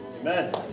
Amen